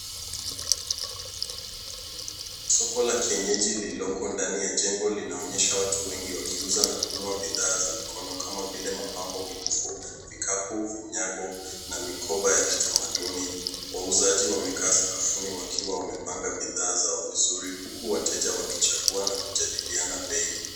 Soko la kienyeji liloko ndani ya jengo linaonyesha watu wengi wakiuza na kununua bidhaa za mikono kama vile mapambo, mikufu, vikapu, vinyago na mikoba ya kitamaduni. Wauzaji wamekaa sakafuni wakiwa wamepanga bidhaa zao vizuri, huku wateja wakichagua na kujadiliana bei.